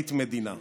פרקליט מדינה.